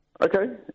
Okay